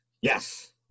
Yes